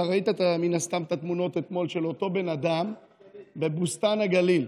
ראית מן הסתם את התמונות אתמול של אותו בן אדם בבוסתן הגליל.